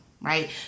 right